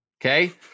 Okay